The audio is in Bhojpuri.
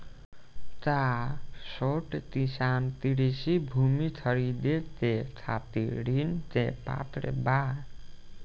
का छोट किसान कृषि भूमि खरीदे के खातिर ऋण के पात्र बा?